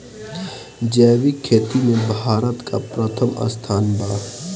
जैविक खेती में भारत का प्रथम स्थान बा